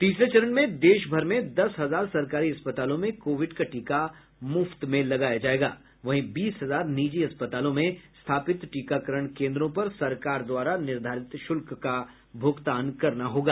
तीसरे चरण में देश भर में दस हजार सरकारी अस्पतालों में कोविड का टीका मुफ्त में लगाया जायेगा वहीं बीस हजार निजी अस्पतालों में स्थापित टीकाकरण केन्द्रों पर सरकार द्वारा निर्धारित शुल्क का भुगतान करना होगा